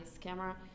camera